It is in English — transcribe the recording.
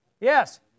Yes